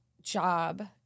job